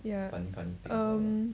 food food yeah yeah um